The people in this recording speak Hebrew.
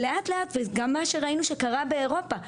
ולאט לאט וגם מה שראינו שקרה באירופה,